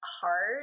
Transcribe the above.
hard